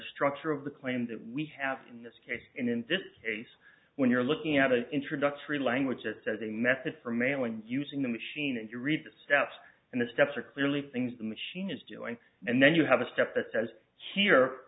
structure of the claim that we have in this case and in this case when you're looking at the introductory language it says a method for man when using the machine and you read the steps and the steps are clearly things the machine is doing and then you have a step that says here